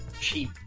cheap